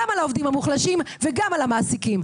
גם על העובדים המוחלשים וגם על המעסיקים,